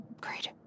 great